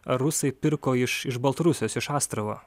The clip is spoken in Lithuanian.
rusai pirko iš iš baltarusijos iš astravo